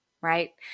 right